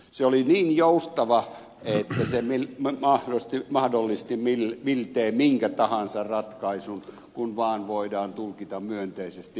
se oli niin joustava että se mahdollisti miltei minkä tahansa ratkaisun kun vaan voidaan tulkita myönteisesti